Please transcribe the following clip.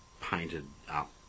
painted-up